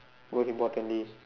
most importantly